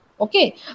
Okay